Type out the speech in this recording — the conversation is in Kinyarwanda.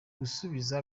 gusubiza